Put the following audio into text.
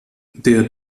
der